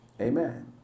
Amen